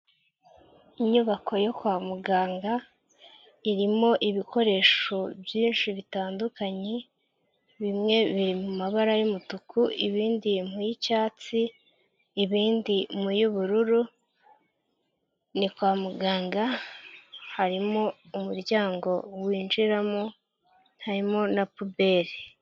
Inyubako yo kwa muganga irimo ibikoresho byinshi bitandukanye, bimwe biri mumabara yumutuku ibindi mu y'icyatsi ibindi mu y'ubururu ni kwa muganga, harimo umuryango winjiramo harimo na pubere.